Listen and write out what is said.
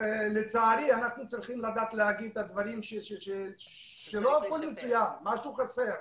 לצערי אנחנו צריכים לדעת לומר את הדברים ולומר שמשהו חסר.